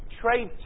trade